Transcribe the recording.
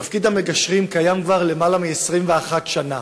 תפקיד המגשרים קיים כבר למעלה מ-21 שנה.